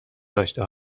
داشته